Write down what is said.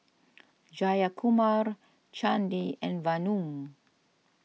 Jayakumar Chandi and Vanu